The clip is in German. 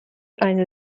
eine